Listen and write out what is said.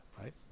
right